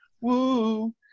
Woo